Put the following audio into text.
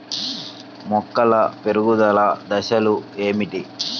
మొక్కల పెరుగుదల దశలు ఏమిటి?